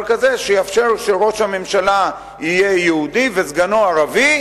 כזה שיאפשר שראש הממשלה יהיה יהודי וסגנו ערבי,